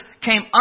came